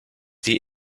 the